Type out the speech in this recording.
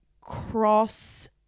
cross